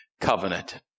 covenant